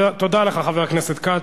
תודה לך, חבר הכנסת כץ.